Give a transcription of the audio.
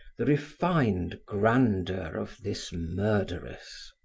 the refined grandeur of this murderess.